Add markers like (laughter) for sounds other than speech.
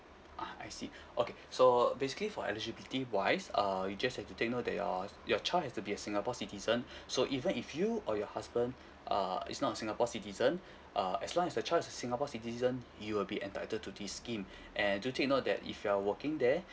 ah I see (breath) okay (breath) so uh basically for eligibility wise uh you just have to take note that your your child has to be a singapore citizen (breath) so even if you or your husband (breath) uh is not a singapore citizen (breath) uh as long as your child is a singapore citizen you will be entitled to this scheme (breath) and do take note that if you're working there (breath)